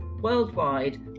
worldwide